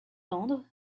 tendre